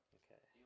okay